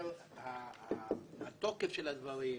וכאשר התוקף של הדברים,